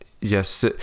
yes